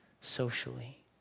socially